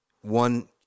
one